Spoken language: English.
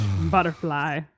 butterfly